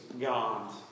God